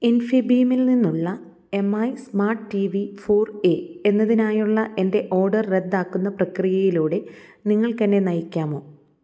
ഇൻഫിബീമിൽ നിന്നുള്ള M I smart T V four A എന്നതിനായുള്ള എൻ്റെ ഓഡർ റദ്ദാക്കുന്ന പ്രക്രിയയിലൂടെ നിങ്ങൾക്ക് എന്നെ നയിക്കാമോ